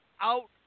out